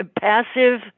passive